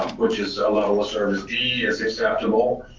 which is a level of service d as acceptable,